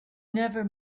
never